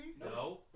No